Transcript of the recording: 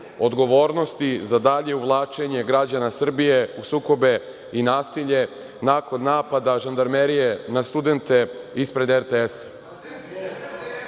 odgovornosti za dalje uvlačenje građana Srbije u sukobe i nasilje nakon napada žandarmerije na studente ispred RTS-a. Da